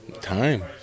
Time